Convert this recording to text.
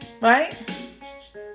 Right